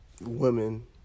women